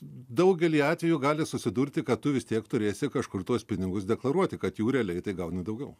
daugelį atvejų gali susidurti kad tu vis tiek turėsi kažkur tuos pinigus deklaruoti kad jų realiai tai gauni daugiau